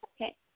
Okay